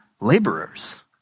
laborers